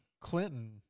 Clinton